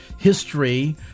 history